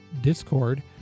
Discord